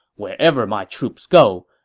wherever my troops go,